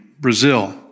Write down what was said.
Brazil